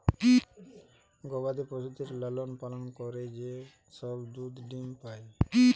গবাদি পশুদের লালন পালন করে যে সব দুধ ডিম্ পাই